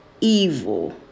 evil